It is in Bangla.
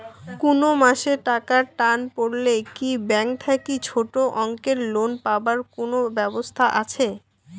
কুনো মাসে টাকার টান পড়লে কি ব্যাংক থাকি ছোটো অঙ্কের লোন পাবার কুনো ব্যাবস্থা আছে?